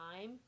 time